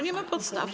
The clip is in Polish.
Nie ma podstaw.